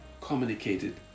communicated